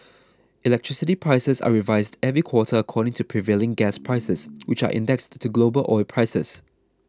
electricity prices are revised every quarter according to prevailing gas prices which are indexed to global oil prices